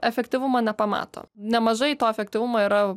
efektyvumo nepamato nemažai to efektyvumo yra